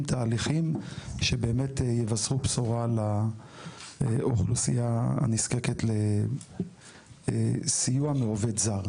תהליכים שבאמת יבשרו בשורה לאוכלוסייה הנזקקת לסיוע מעובד זר,